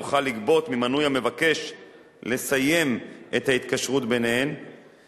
יוכל לגבות ממנוי המבקש לסיים את ההתקשרות ביניהם